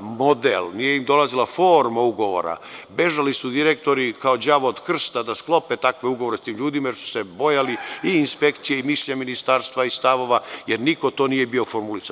model, nije im dolazila forma ugovora, bežali su direktori kao đavo od krsta da sklope takve ugovore s takvim ljudima, jer su se bojali i inspekcija i mišljenja ministarstva i stavova, jer niko to nije bio formulisao.